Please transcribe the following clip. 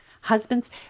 husbands